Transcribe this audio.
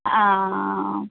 ആഹ്